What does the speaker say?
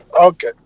okay